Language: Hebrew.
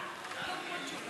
כוח.